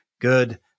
good